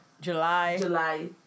July